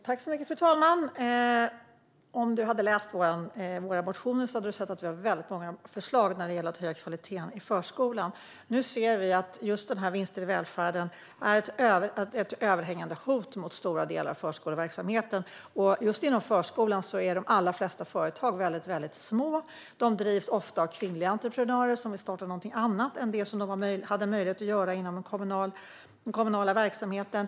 Fru talman! Om Roza Güclü Hedin hade läst våra motioner hade hon sett att vi har väldigt många förslag som syftar till att höja kvaliteten i förskolan. Det som har föreslagits gällande vinster i välfärden är ett överhängande hot mot stora delar av förskoleverksamheten. Just inom förskolan är de allra flesta företag väldigt små. De drivs ofta av kvinnliga entreprenörer som velat starta någonting nytt och göra något annat än det som de hade möjlighet att göra inom den kommunala verksamheten.